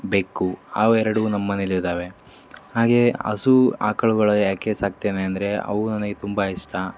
ಬೆಕ್ಕು ಅವೆರಡು ನಮ್ಮ ಮನೇಲಿದ್ದಾವೆ ಹಾಗೇ ಹಸು ಆಕಳುಗಳು ಯಾಕೆ ಸಾಕ್ತೇನೆ ಅಂದರೆ ಅವು ನನಗೆ ತುಂಬ ಇಷ್ಟ